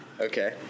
okay